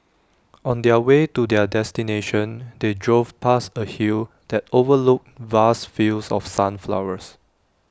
on the way to their destination they drove past A hill that overlooked vast fields of sunflowers